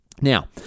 Now